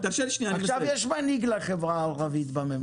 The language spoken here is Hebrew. עכשיו יש מנהיג לחברה הערבית בממשלה,